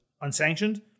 unsanctioned